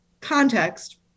context